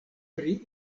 pri